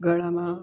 ગળામાં